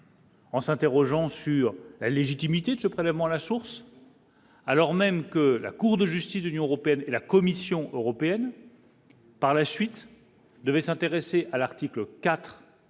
En s'interrogeant sur la légitimité de ce prélèvement à la source. Alors même que la Cour de justice d'Union européenne et la Commission européenne. Par la suite, devait s'intéresser à l'article IV.